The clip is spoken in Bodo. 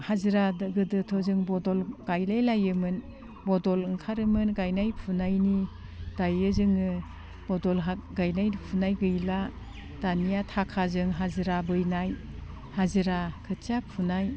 हाजिरा गोदोथ' जों बदल गायलायलायोमोन बदल ओंखारोमोन गायनाय फुनायनि दायो जोङो बदल हा गायनाय फुनाय गैला दानिया थाखाजों हाजिरा बोनाय हाजिरा खोथिया फुनाय